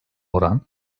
oran